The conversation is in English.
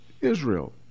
Israel